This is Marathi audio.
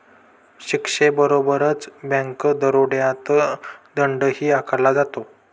शिक्षेबरोबरच बँक दरोड्यात दंडही आकारला जातो